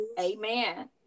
amen